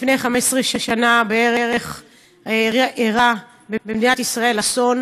לפני כ-15 שנה אירע במדינת ישראל אסון,